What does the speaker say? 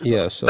Yes